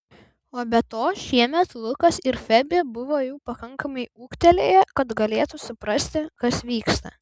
o be to šiemet lukas ir febė buvo jau pakankamai ūgtelėję kad galėtų suprasti kas vyksta